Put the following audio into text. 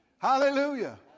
Hallelujah